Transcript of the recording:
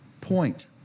point